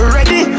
Ready